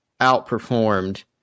outperformed